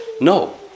No